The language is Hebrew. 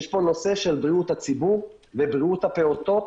יש פה נושא של בריאות הציבור ובריאות הפעוטות,